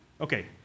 Okay